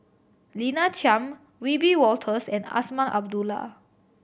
Lina Chiam Wiebe Wolters and Azman Abdullah